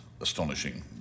astonishing